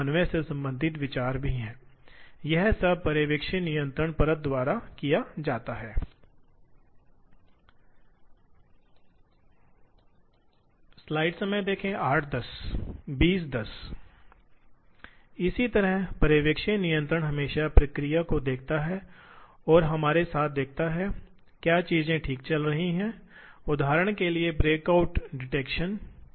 तो समय के सेट को कम करने के कारण सभी उत्पादकता में बहुत सुधार हुआ है स्वचालित उपकरण बदल रहा है जो फिर से सेट अप समय को कम कर रहा है मेरा मतलब है अनुत्पादक समय कभी कभी इन मशीनों में से कुछ में अंतर्निहित सामग्री हैंडलिंग होगी इसलिए यदि आप एक बदलना चाहते हैं उपकरण मशीन मशीन को बंद कर देगी उपकरण निकाल लेगी टूल पत्रिका में रख देगी दूसरा उपकरण निकाल लेगी ताकि ये सभी सामग्री हैंडलिंग का काम मशीन द्वारा ही हो जाएगा